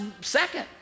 second